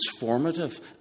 transformative